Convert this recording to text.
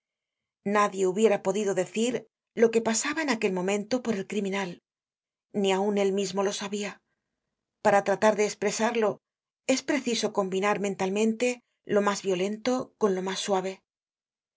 nadie hubiera podido decir lo que pasaba en aquel momento por el criminal ni aun él mismo lo sabia para tratar de espresarlo es preciso combinar mentalmente lo mas violento con lo mas suave en